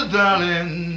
darling